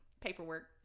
Paperwork